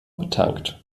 betankt